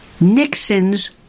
Nixon's